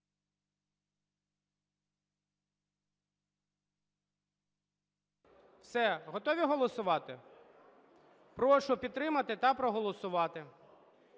Готові голосувати? Прошу підтримати та проголосувати.